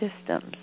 systems